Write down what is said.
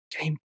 game